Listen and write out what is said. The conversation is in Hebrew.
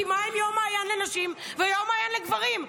כי מה עם יום מעיין לנשים ויום מעיין לגברים?